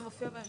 זה מופיע בהמשך.